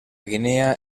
guinea